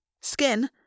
Skin